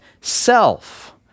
self